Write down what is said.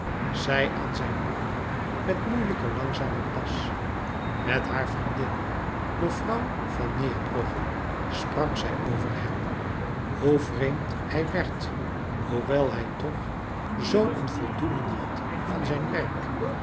zij aan zijn arm met moeielijken langzamen pas met haar vriendin mevrouw van neerbrugge sprak zij over hem hoe vreemd hij werd hoewel hij toch zoo een voldoening had van zijn werk